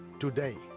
today